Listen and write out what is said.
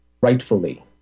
rightfully